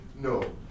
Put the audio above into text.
No